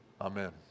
Amen